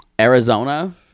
Arizona